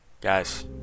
Guys